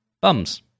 bums